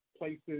places